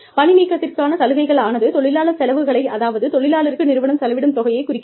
பணிநீக்கத்திற்கான சலுகைகளானது தொழிலாளர் செலவுகளை அதாவது தொழிலாளருக்கு நிறுவனம் செலவிடும் தொகையை குறைக்கிறது